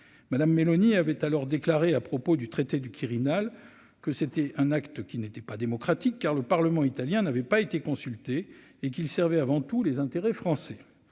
madame Meloni, avait alors déclaré à propos du traité du Quirinal, que c'était un acte qui n'était pas démocratique car le Parlement italien n'avait pas été consulté et qu'il servait avant tout les intérêts français,